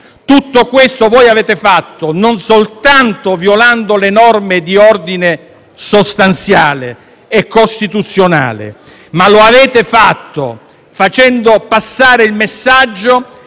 fatto tutto questo non soltanto violando le norme di ordine sostanziale e costituzionale, ma anche facendo passare il messaggio